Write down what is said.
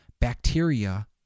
bacteria